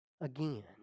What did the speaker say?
again